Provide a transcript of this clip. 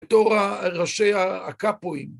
בתור ראשי הקאפואים.